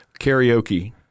karaoke